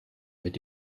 mit